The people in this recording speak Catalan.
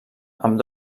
amb